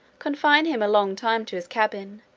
confine him a long time to his cabin,